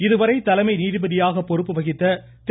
இதுவரை தலைமை நீதிபதியாக பொறுப்பு வகித்த திரு